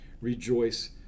rejoice